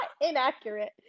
inaccurate